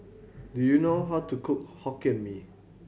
do you know how to cook Hokkien Mee